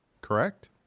correct